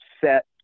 set